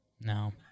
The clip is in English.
No